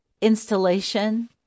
installation